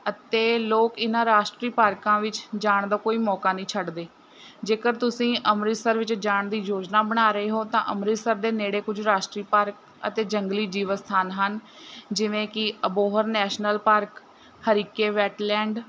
ਅਤੇ ਲੋਕ ਇਹਨਾਂ ਰਾਸ਼ਟਰੀ ਪਾਰਕਾਂ ਵਿੱਚ ਜਾਣ ਦਾ ਕੋਈ ਮੌਕਾ ਨਹੀਂ ਛੱਡਦੇ ਜੇਕਰ ਤੁਸੀਂ ਅੰਮ੍ਰਿਤਸਰ ਵਿੱਚ ਜਾਣ ਦੀ ਯੋਜਨਾ ਬਣਾ ਰਹੇ ਹੋ ਤਾਂ ਅੰਮ੍ਰਿਤਸਰ ਦੇ ਨੇੜੇ ਕੁਝ ਰਾਸ਼ਟਰੀ ਪਾਰਕ ਅਤੇ ਜੰਗਲੀ ਜੀਵ ਸਥਾਨ ਹਨ ਜਿਵੇਂ ਕਿ Abohar national park Harike wetland